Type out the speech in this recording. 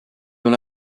dans